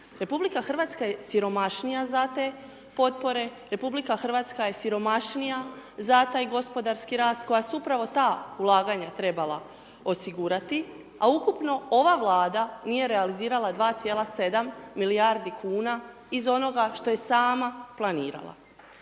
podbacili. RH je siromašnija za te potpore, RH je siromašnija za taj gospodarski rast koja su upravo ulaganja trebala osigurati a ukupno ova Vlada nije realizirala 2,7 milijardi kuna iz onoga što je sama planirala.